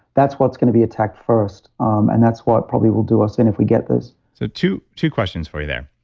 that's what's going to be attacked first. um and that's what probably will do us in if we get this so two two questions for you there.